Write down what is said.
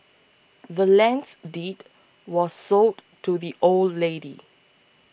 the land's deed was sold to the old lady